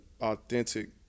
authentic